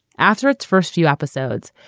after it's first few episodes,